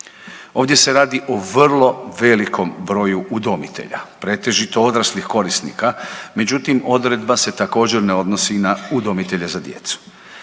Ovdje se radi o vrlo velikom broju udomitelja pretežito odraslih korisnika, međutim odredba se također ne odnosi na udomitelje za djecu.